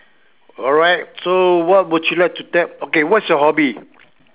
alright so what would you like to okay what's your hobby